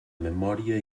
memòria